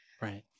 Right